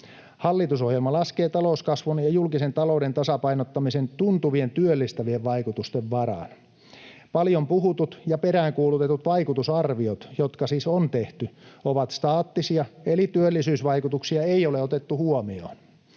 Hallitusohjelma laskee talouskasvun ja julkisen talouden tasapainottamisen tuntuvien työllistävien vaikutusten varaan. Paljon puhutut ja peräänkuulutetut vaikutusarviot, jotka siis on tehty, ovat staattisia eli työllisyysvaikutuksia ei ole otettu huomioon.